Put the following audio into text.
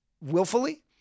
willfully